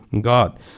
god